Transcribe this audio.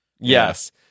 Yes